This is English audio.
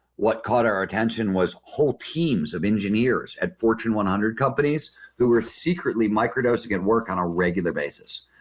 what caught our our attention was whole teams of engineers at fortune one hundred companies who were secretly microdosing at work on a regular basis.